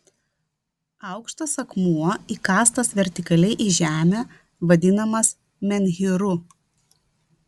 aukštas akmuo įkastas vertikaliai į žemę vadinamas menhyru